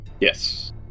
Yes